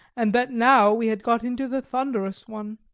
and that now we had got into the thunderous one.